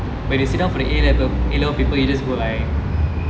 but you sit down for the a level a level paper you just go like